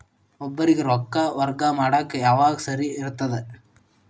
ಒಬ್ಬರಿಗ ರೊಕ್ಕ ವರ್ಗಾ ಮಾಡಾಕ್ ಯಾವಾಗ ಸರಿ ಇರ್ತದ್?